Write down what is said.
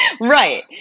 Right